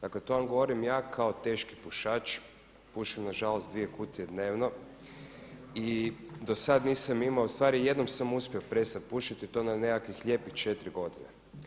Dakle to vam govorim ja kao teški pušač, pušim nažalost 2 kutije dnevno i do sada nisam imao, ustvari jednom sam uspio prestati pušiti i to na nekakvih lijepih 4 godine.